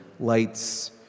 lights